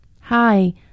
Hi